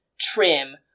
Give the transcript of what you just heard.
trim